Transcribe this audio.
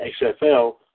XFL